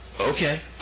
okay